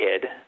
kid